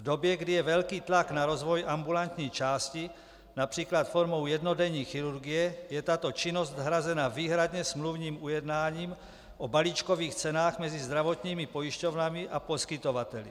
V době, kdy je velký tlak na rozvoj ambulantní části například formou jednodenní chirurgie, je tato činnost nahrazena výhradně smluvním ujednáním o balíčkových cenách mezi zdravotními pojišťovnami a poskytovateli.